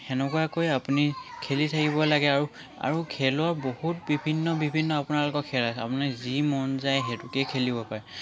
সেনেকুৱাকৈ আপুনি খেলি থাকিব লাগে আৰু আৰু খেলৰ বহুত বিভিন্ন বিভিন্ন আপোনালোকৰ খেল আছে আপোনাৰ যি মন যায় সেইটোকে খেলিব পাৰে